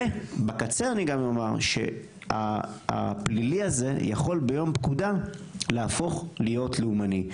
ובקצה אני גם אומר שהפלילי הזה יכול ביום פקודה להפוך להיות לאומני.